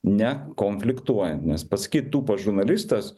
ne konfliktuojant nes pasakyt tūpas žurnalistas